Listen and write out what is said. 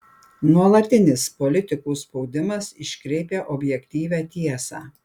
nuolatinis politikų spaudimas iškreipia objektyvią tiesą